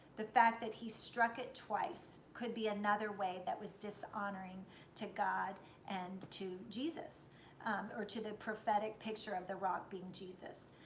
the fact that he struck it twice could be another way that he was dishonoring to god and to jesus or to the prophetic picture of the rock being jesus.